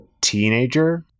teenager